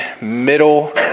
middle